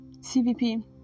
cvp